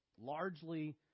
Largely